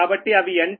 కాబట్టి అవి N2